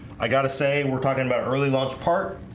i got a say and we're talking about early launch part